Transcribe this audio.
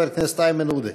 חבר הכנסת איימן עודה.